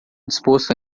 disposto